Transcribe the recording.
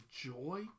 joy